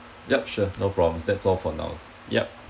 yup sure no problems that's all for now yup